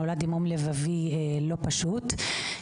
שנולד עם מום לבבי לא פשוט,